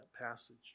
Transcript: passage